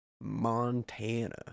Montana